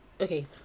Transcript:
okay